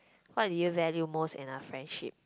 what do you value most in a friendship